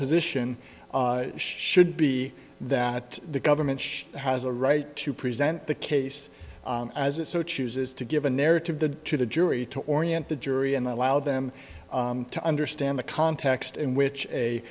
position should be that the government has a right to present the case as it so chooses to give a narrative that to the jury to orient the jury and allow them to understand the context in which a